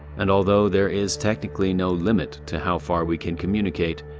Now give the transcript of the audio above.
and although there is technically no limit to how far we can communicate,